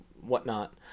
whatnot